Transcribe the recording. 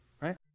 right